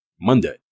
Monday